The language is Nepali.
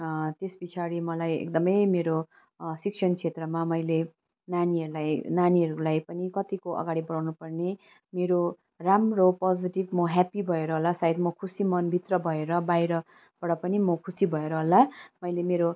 त्यस पछाडि मलाई एकदमै मेरो शिक्षण क्षेत्रमा मैले नानीहरूलाई नानीहरूलाई पनि कतिको अगाडि बढाउनु पर्ने मेरो राम्रो पोजिटिभ म ह्याप्पी भएर हाेला सायद म खुसी मनभित्र भएर बाहिरबाट पनि म खुसी भएर होला मैले मेरो